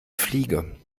fliege